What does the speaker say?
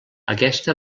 aquesta